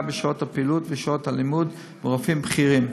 בשעות הפעילות ושעות הלימוד מרופאים בכירים.